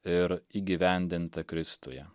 ir įgyvendintą kristuje